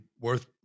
worth